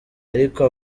ariko